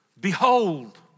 Behold